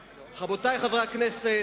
זה לא נכון.